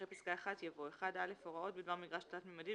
אחרי פסקה (1) יבוא: "(1א)הוראות בדבר מגרש תלת-ממדי,